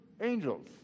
Angels